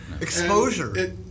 Exposure